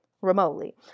remotely